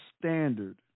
standard